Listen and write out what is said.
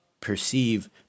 perceive